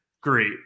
great